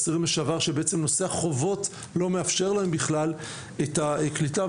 אסירים לשעבר שבעצם נושא החובות לא מאפשר להם בכלל את הקליטה.